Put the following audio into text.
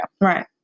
right